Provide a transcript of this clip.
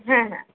হ্যাঁ হ্যাঁ